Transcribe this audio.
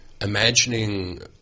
Imagining